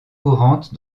courantes